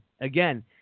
Again